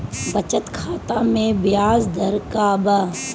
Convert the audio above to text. बचत खाता मे ब्याज दर का बा?